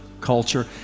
culture